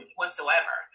whatsoever